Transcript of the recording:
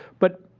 but,